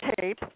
tape